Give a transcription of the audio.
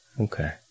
Okay